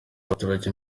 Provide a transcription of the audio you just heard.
abaturage